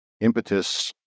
impetus